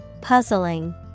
Puzzling